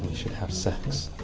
should have sex.